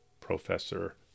professor